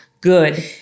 good